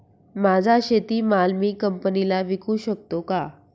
माझा शेतीमाल मी कंपनीला विकू शकतो का?